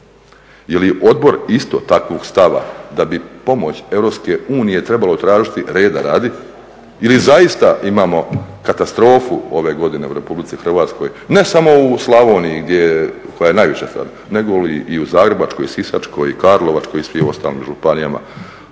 Je li odbor isto takvog stava da bi pomoć EU trebalo tražiti reda radi? Ili zaista imamo katastrofu ove godine u RH, ne samo u Slavoniji koja je najviše stradala, nego li i u Zagrebačkoj, Sisačkoj, Karlovačkoj i svim ostalim županijama.